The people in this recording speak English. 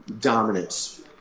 Dominance